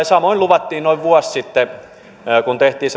samoin luvattiin noin vuosi sitten kun tehtiin